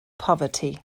poverty